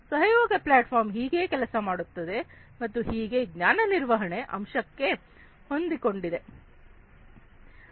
collaborative platform ಹೀಗೇ ಕೆಲಸ ಮಾಡುತ್ತವೆ ಮತ್ತು ಹೀಗೆ ಜ್ಞಾನ ನಿರ್ವಹಣೆ ಅಂಶಕ್ಕೆಹೊಂದಿಕೊಂಡಿದೆ